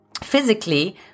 Physically